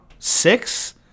six